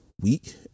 week